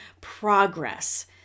progress